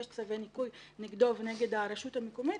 יש צווים נגדו ונגד הרשות המקומית,